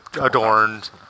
adorned